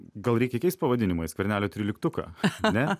gal reikia keist pavadinimą į skvernelio tryliktuką